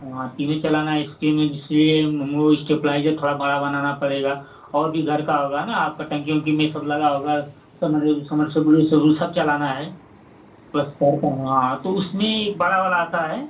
तीनों चलाना है इसके लिए इसलिए वो स्टेबलाइजर थोड़ा बड़ा बनाना पड़ेगा न और भी घर का होगा न आपका टंकी उंकी में ये सब लगा होगा समझ लीजिए कि सब चलाना है तो उसमें एक बड़ा वाला आता है